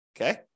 Okay